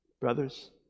Brothers